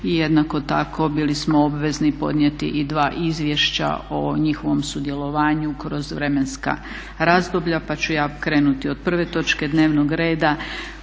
i jednako tako bili smo obvezni podnijeti i dva izvješća o njihovom sudjelovanju kroz vremenska razdoblja. Pa ću ja krenuti od prve točke dnevnog reda